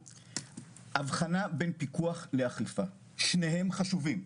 אבחנה בין פיקוח לאכיפה שניהם חשובים,